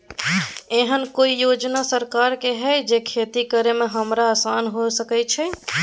एहन कौय योजना सरकार के है जै खेती करे में हमरा आसान हुए सके छै?